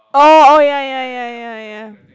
oh oh ya ya ya ya ya